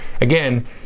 again